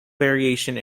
variation